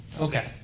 okay